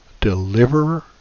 Deliverer